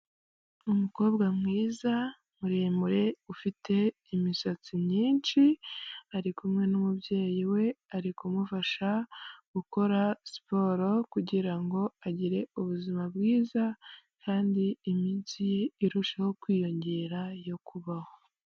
Umukobwa mwiza muremure ufite imisatsi myinshi, ari kumwe n'umubyeyi we ari kumufasha gukora siporo kugirango agire ubuzima bwiza kandi iminsi ye irushaho kwiyongera yo kubaho.